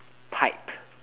pipe